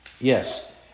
Yes